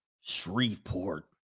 Shreveport